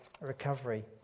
recovery